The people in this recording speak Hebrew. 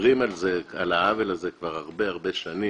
מדברים על העוול הזה כבר הרבה הרבה שנים.